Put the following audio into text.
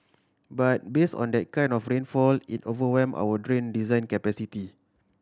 but base on that kind of rainfall it overwhelm our drain design capacity